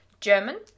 German